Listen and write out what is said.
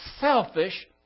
selfish